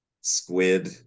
Squid